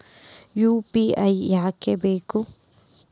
UPI ಯಾಕ್ ಬೇಕು?